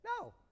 no